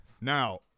Now